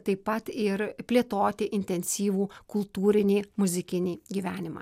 taip pat ir plėtoti intensyvų kultūrinį muzikinį gyvenimą